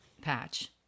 patch